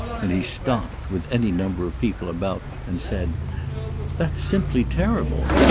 and he stopped, with any number of people about, and said that's simply terrible!